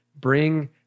bring